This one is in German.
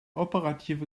operative